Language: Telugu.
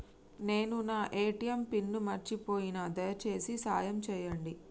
నేను నా ఏ.టీ.ఎం పిన్ను మర్చిపోయిన, దయచేసి సాయం చేయండి